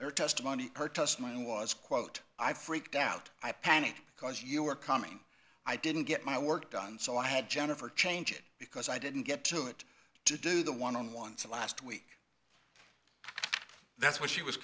her testimony her testimony was quote i freaked out i panicked because you were coming i didn't get my work done so i had jennifer change it because i didn't get to it to do the one on ones last week that's what she was